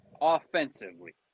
offensively